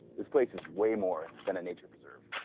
this place is way more than a nature preserve.